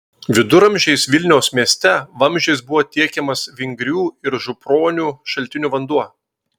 viduramžiais vilniaus mieste vamzdžiais buvo tiekiamas vingrių ir župronių šaltinių vanduo